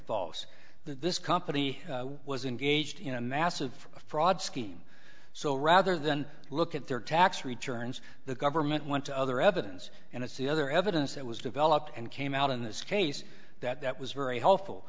false that this company was engaged in a massive fraud scheme so rather than look at their tax returns the government went to other evidence and it's the other evidence that was developed and came out in this case that was very helpful